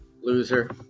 Loser